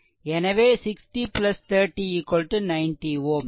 இங்கே 90 Ω மற்றும் 90 Ω